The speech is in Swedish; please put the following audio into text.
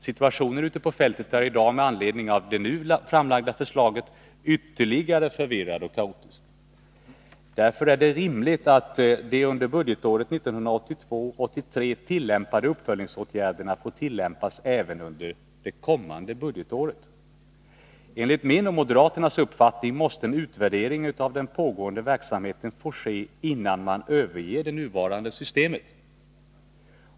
Situationen ute på fältet är i dag, med anledning av det nu framlagda förslaget, ytterligare förvirrad och kaotisk. Därför är det rimligt att de under budgetåret 1982 84. Enligt min och moderaternas uppfattning måste en utvärdering av den pågående verksamheten få ske innan man överger det nuvarande systemet.